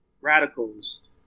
radicals